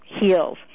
heals